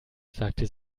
sagte